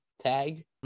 tag